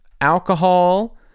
alcohol